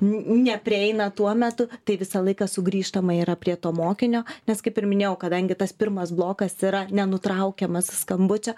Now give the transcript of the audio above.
neprieina tuo metu tai visą laiką sugrįžtama yra prie to mokinio nes kaip ir minėjau kadangi tas pirmas blokas yra nenutraukiamas skambučio